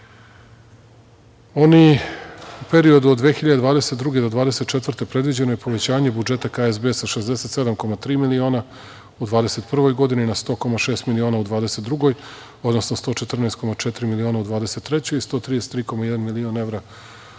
oni u periodu od 2022. do 2024. godine predviđeno je povećanje budžeta KSB sa 67,3 miliona u 2021. godini na 100,6 miliona u 2022. godini, odnosno 114,4 miliona u 2023. godini, i 133,1 milion evra